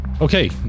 okay